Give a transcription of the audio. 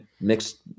mixed